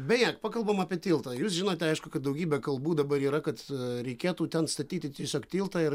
beje pakalbam apie tiltą jūs žinote aišku kad daugybę kalbų dabar yra kad reikėtų ten statyti tiesiog tiltą ir